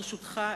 ברשותך,